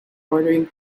ordering